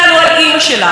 והיא אומרת להם: אני,